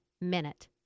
minute